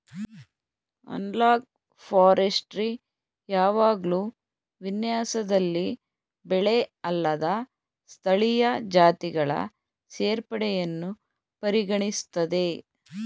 analogue forestry ಯಾವಾಗ್ಲೂ ವಿನ್ಯಾಸದಲ್ಲಿ ಬೆಳೆಅಲ್ಲದ ಸ್ಥಳೀಯ ಜಾತಿಗಳ ಸೇರ್ಪಡೆಯನ್ನು ಪರಿಗಣಿಸ್ತದೆ